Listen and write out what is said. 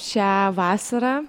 šią vasarą